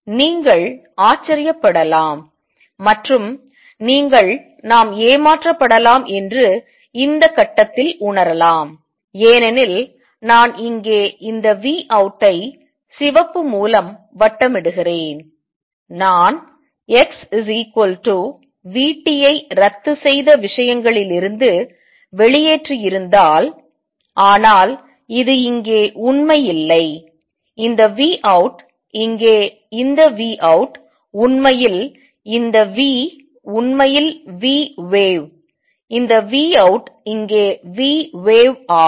நீங்கள் ஆச்சரியப்படலாம் மற்றும் நீங்கள் நாம் ஏமாற்றப்படலாம் என்று இந்த கட்டத்தில் உணரலாம் ஏனெனில் நான் இங்கே இந்த v அவுட்டை சிவப்பு மூலம் வட்டமிடுகிறேன் நான் x v t ஐ ரத்து செய்த விஷயங்களில் இருந்து வெளியேற்றியிருந்தால் ஆனால் இது இங்கே உண்மை இல்லை இந்த v out இங்கே இந்த v out உண்மையில் இந்த v உண்மையில் vwave இந்த v out இங்கே vwave ஆகும்